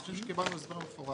אני חושב שקיבלנו הסבר מפורט.